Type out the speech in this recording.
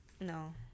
No